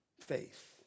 Faith